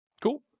Cool